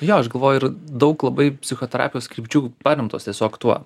jo aš galvoju ir daug labai psichoterapijos krypčių paremtos tiesiog tuo